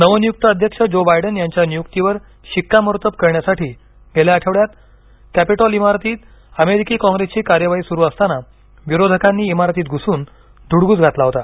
नवनियुक्त अध्यक्ष Joe Biden यांच्या नियुक्तीवर शिक्कामोर्तब करण्यासाठी गेल्या आठवड्यात कॅपिटॉल इमारतीत अमेरिकी काँग्रेसची कार्यवाही सुरु असताना विरोधकांनी इमारतीत घुसून धुडगूस घातला होता